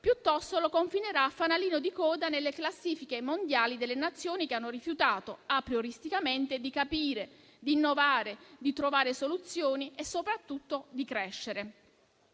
piuttosto lo confinerà a fanalino di coda nelle classifiche mondiali delle Nazioni che hanno rifiutato aprioristicamente di capire, di innovare, di trovare soluzioni e, soprattutto, di crescere.